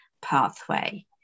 pathway